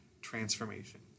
transformation